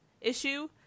issue